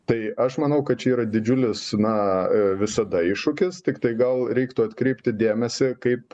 tai aš manau kad čia yra didžiulis na a visada iššūkis tiktai gal reiktų atkreipti dėmesį kaip